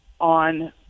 on